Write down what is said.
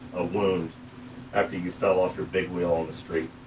wound after you fell off your big wheel on the street.